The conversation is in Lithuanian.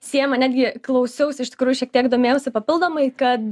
siejama netgi klausiaus iš tikrųjų šiek tiek domėjausi papildomai kad